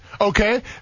okay